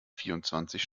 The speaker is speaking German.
vierundzwanzig